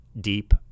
deep